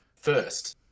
first